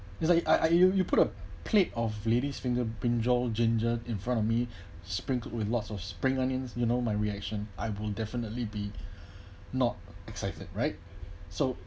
is like you I are you you put a plate of lady's fingers brinjal ginger in front of me sprinkled with lots of spring onions you know my reaction I will definitely be not excited right so